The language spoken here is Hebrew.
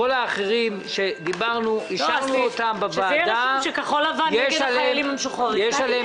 ואת כל האחרים אישרנו בוועדה אבל יש עליהם